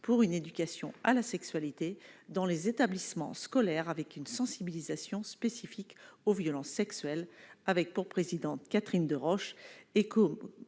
pour une éducation à la sexualité dans les établissements scolaires, avec une sensibilisation spécifique aux violences sexuelles avec pour présidente Catherine Deroche et comme